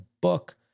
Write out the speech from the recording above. book